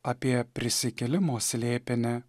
apie prisikėlimo slėpinį